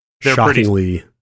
shockingly